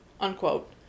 Unquote